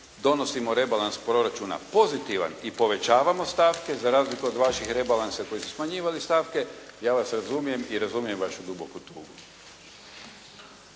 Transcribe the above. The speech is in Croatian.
donosimo rebalans proračuna pozitivan i povećavamo stavke za razliku od vašeg rebalansa koji su smanjivali stavke ja vas razumijem i razumijem vašu duboku tugu.